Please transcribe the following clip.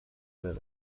بره